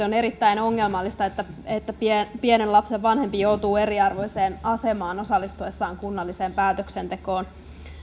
on erittäin ongelmallista että että pienen pienen lapsen vanhempi joutuu eriarvoiseen asemaan osallistuessaan kunnalliseen päätöksentekoon